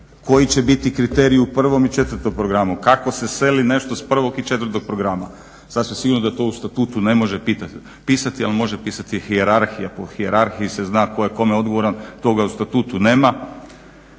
koji će biti kriteriji u prvom i četvrtom programu, kako se seli nešto sa prvog i četvrtog programa, sasvim sigurno da to u statutu ne može pisati, al može pisati hijerarhija, po hijerarhiji se zna tko je kome odgovoran, toga u statutu nema.